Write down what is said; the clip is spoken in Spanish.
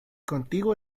contigo